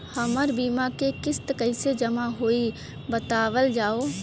हमर बीमा के किस्त कइसे जमा होई बतावल जाओ?